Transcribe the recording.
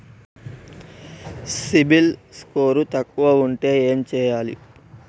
CIBIL score తక్కువ ఉంటే ఏం చేయాలి?